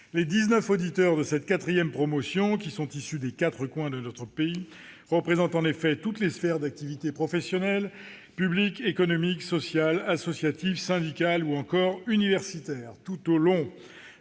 auditeurs de cette quatrième promotion, qui sont issus des quatre coins de notre pays, représentent en effet toutes les sphères d'activité professionnelle : publique, économique, sociale, associative, syndicale ou encore universitaire.